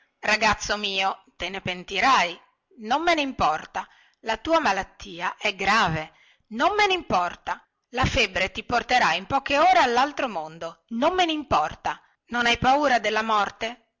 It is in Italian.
ragazzo mio te ne pentirai non me nimporta la tua malattia è grave non me nimporta la febbre ti porterà in poche ore allaltro mondo non me nimporta non hai paura della morte